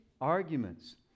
arguments